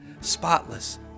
spotless